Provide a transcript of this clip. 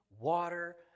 water